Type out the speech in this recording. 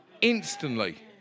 instantly